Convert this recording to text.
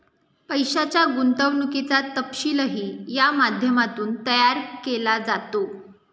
पैशाच्या गुंतवणुकीचा तपशीलही या माध्यमातून तयार केला जातो